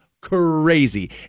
crazy